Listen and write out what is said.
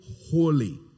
holy